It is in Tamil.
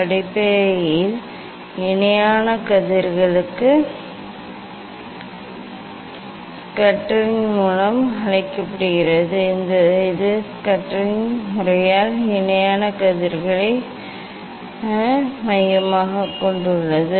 அடிப்படையில் இணையான கதிர்களுக்கு கவனம் செலுத்துவதற்கோ அல்லது கவனம் செலுத்துவதற்கோ ஒரு முறை ஸ்கஸ்டரின் முறை என்று அழைக்கப்படுகிறது இது ஸ்கஸ்டரின் முறையால் இணையான கதிர்களை மையமாகக் கொண்டுள்ளது